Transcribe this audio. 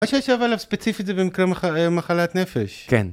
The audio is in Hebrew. מה שייושב עליו ספציפית זה במקרה מחלת נפש. כן.